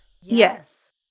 Yes